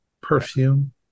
perfume